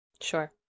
Sure